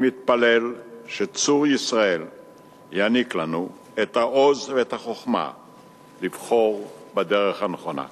אני מתפלל שצוּר ישראל יעניק לנו את העוז ואת החוכמה לבחור בדרך הנכונה.